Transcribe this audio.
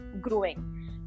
growing